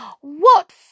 What